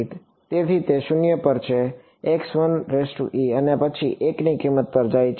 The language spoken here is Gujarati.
તેથી તે 0 પર છે અને પછી 1 ની કિંમત પર જાય છે